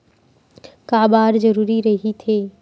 का बार जरूरी रहि थे?